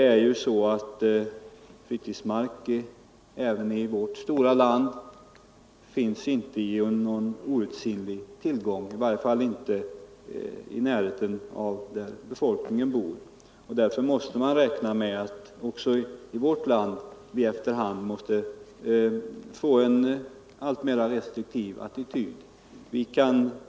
Inte ens i vårt stora land finns fritidsmark i outsinlig mängd — i varje fall inte i närheten av de områden där befolkningen bor. Därför måste vi räkna med att också i vårt land efter hand få en alltmer restriktiv attityd.